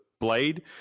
blade